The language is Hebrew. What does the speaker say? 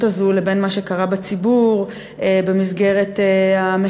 הזאת לבין מה שקרה בציבור במסגרת המחאה,